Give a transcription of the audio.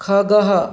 खगः